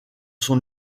son